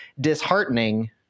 disheartening